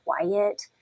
quiet